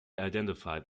identified